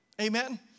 Amen